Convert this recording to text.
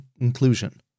inclusion